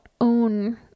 own